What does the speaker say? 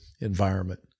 environment